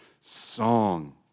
song